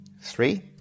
Three